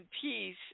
peace